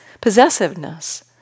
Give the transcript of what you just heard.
possessiveness